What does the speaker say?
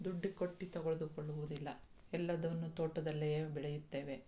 ದುಡ್ಡು ಕೊಟ್ಟು ತಗೊಳ್ಳೋದು ಕೊಳ್ಳುವುದಿಲ್ಲ ಎಲ್ಲದನ್ನು ತೋಟದಲ್ಲಿಯೇ ಬೆಳೆಯುತ್ತೇವೆ